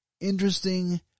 interesting